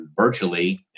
virtually